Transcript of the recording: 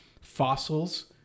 fossils